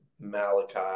Malachi